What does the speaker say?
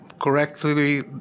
correctly